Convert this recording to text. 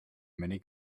many